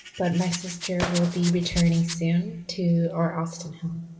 but my sister will be returning soon to our austin home.